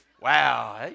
Wow